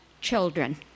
children